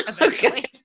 Okay